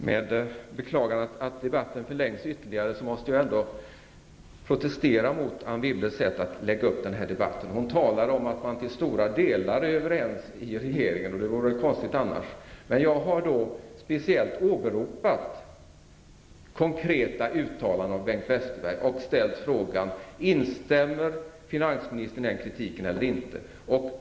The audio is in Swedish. Herr talman! Jag beklagar att debatten förlängs ytterligare, men jag måste ändå protestera mot Anne Wibbles sätt att lägga upp debatten. Hon talar om att man till stora delar är överens i regeringen. Det vore väl konstigt annars. Jag har åberopat konkreta uttalanden av Bengt Westerberg och frågat om finansministern instämmer i den kritiken eller inte.